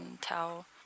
tell